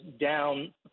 down